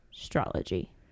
astrology